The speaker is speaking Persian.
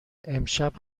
امشب